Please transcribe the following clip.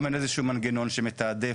כלומר, היום אין איזשהו מנגנון שמתעדף